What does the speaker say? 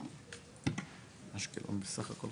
זה כלל